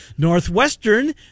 Northwestern